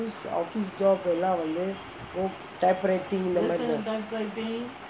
office job எல்லாம் வந்து:ellam vanthu type writing இந்த மாரி தானே:intha maari thaanae